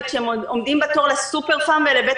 כשהם עומדים בתור לסופר-פארם או לבית